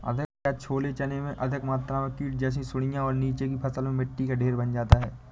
क्या छोले चने में अधिक मात्रा में कीट जैसी सुड़ियां और नीचे की फसल में मिट्टी का ढेर बन जाता है?